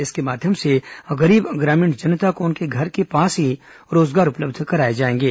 इसके माध्यम से गरीब ग्रामीण जनता को उनके घर के पास ही रोजगार उपलब्ध कराए जाएंगे